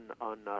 on